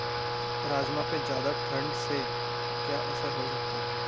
राजमा पे ज़्यादा ठण्ड से क्या असर हो सकता है?